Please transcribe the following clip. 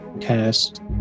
cast